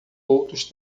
outros